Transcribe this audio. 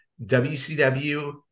WCW